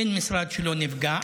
אין משרד שלא נפגע.